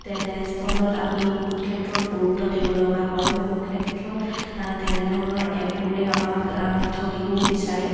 তেনেস্থলত আমি বহুত ক্ষেত্ৰত গুৰুত্ব দিব লগা হয় বহু ক্ষেত্ৰত তেনেধৰণৰ এপবোৰে আমাক ঠগিবও বিচাৰে